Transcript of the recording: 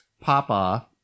papa